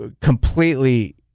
Completely